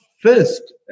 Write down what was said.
first